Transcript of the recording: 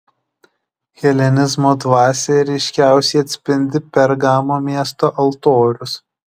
helenizmo dvasią ryškiausiai atspindi pergamo miesto altorius